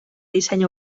disseny